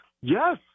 Yes